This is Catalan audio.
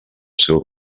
seu